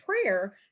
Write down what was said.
prayer